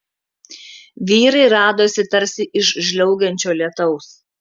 vyrai radosi tarsi iš žliaugiančio lietaus